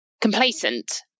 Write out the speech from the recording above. complacent